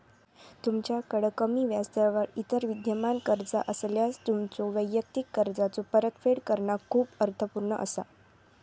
तुमच्याकड कमी व्याजदरावर इतर विद्यमान कर्जा असल्यास, तुमच्यो वैयक्तिक कर्जाचो परतफेड करणा खूप अर्थपूर्ण असा